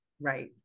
Right